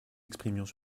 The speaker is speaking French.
exprimions